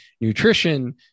nutrition